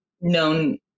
known